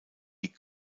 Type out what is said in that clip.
die